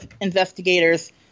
investigators